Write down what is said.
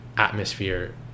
Atmosphere